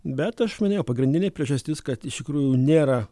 bet aš minėjau pagrindinė priežastis kad iš tikrųjų nėra